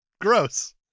gross